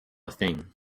thing